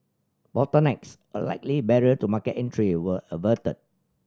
bottlenecks a likely barrier to market entry were averted